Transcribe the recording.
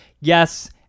yes